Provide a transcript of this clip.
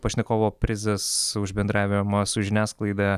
pašnekovo prizas už bendravimą su žiniasklaida